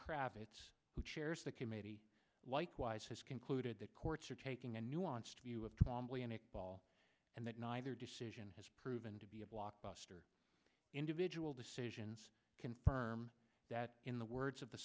kravitz who chairs the committee likewise has concluded that courts are taking a nuanced view of twamley in a ball and that neither decision has proven to be a blockbuster individual decisions confirmed that in the words of the